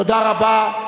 תודה רבה.